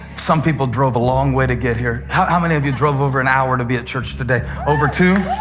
some people drove a long way to get here. how many of you drove over an hour to be at church today? over two?